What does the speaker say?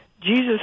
Jesus